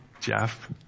Jeff